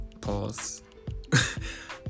pause